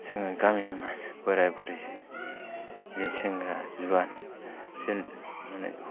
जोङो गामिनि बोराय बुरि सेंग्रा जुवान जों माने